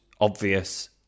obvious